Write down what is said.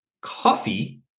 coffee